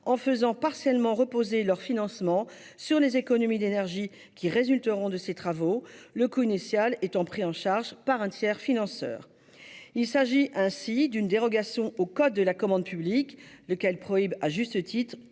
en faisant partiellement reposer leur financement sur les économies d'énergie qui résulteront de ces travaux, le coût initial étant pris en charge par un tiers-financeur. Il s'agit ainsi d'une dérogation au code de la commande publique, lequel prohibe, à juste titre,